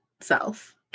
self